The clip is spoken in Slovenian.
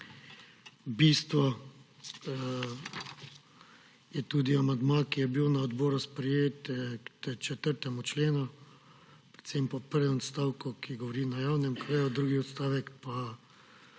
Bistvo je tudi amandma, ki je bil na odboru sprejet k 4. členu, predvsem po prvem odstavku, ki govori »na javnem kraju«, drugi odstavek pa